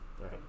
Right